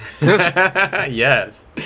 Yes